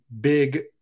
big